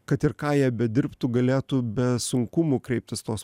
kad ir ką jie bedirbtų galėtų be sunkumų kreiptis tos